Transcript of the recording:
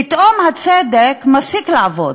פתאום הצדק מפסיק לעבוד,